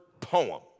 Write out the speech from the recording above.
poem